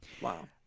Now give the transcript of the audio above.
Wow